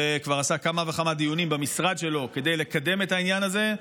וכבר עשה כמה וכמה דיונים במשרד שלו כדי לקדם את העניין הזה.